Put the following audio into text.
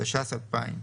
התש"ס-2000,